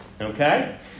okay